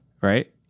Right